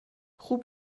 خوب